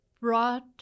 brought